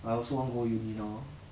com can run